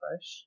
push